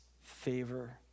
favor